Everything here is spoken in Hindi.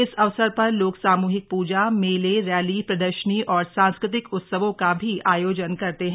इस अवसर पर लोग सामुहिक पुजा मेले रैली प्रदर्शनी और सांस्कृतिक उत्सवों का भी आयोजन करते हैं